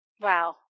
Wow